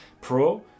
Pro